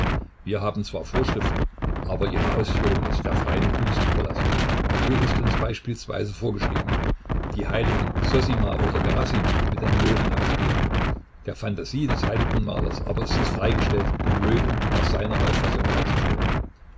wir haben zwar vorschriften aber ihre ausführung ist der freien kunst überlassen so ist uns beispielsweise vorgeschrieben die heiligen sossima oder gerassim mit dem löwen abzubilden der phantasie des heiligenmalers aber ist es freigestellt den löwen nach seiner auffassung darzustellen